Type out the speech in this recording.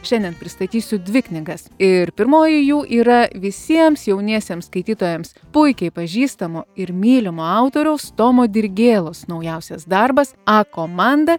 šiandien pristatysiu dvi knygas ir pirmoji jų yra visiems jauniesiems skaitytojams puikiai pažįstamo ir mylimo autoriaus tomo dirgėlos naujausias darbas a komanda